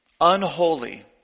unholy